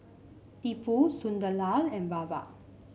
Tipu Sunderlal and Baba